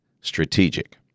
strategic